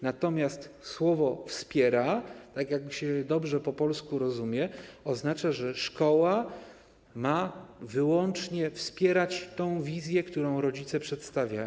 Natomiast słowo „wspiera”, tak jak je się dobrze po polsku rozumie, oznacza, że szkoła ma wyłącznie wspierać tę wizję, którą rodzice przedstawiają.